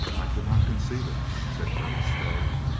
i can not conceive it, said colonel stow.